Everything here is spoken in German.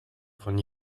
von